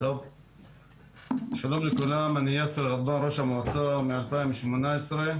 שלום לכולם, אני ראש המועצה מ-2018,